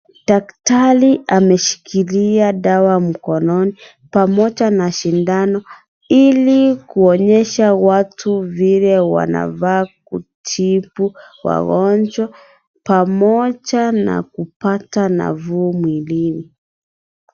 Daktari ameshikilia dawa mkononi pamoja na shindano ili kuonyesha watu vile wanavaa kutibu wagonjwa pamoja na kupata nafuu mwilini.